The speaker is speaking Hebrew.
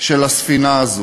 של הספינה הזאת.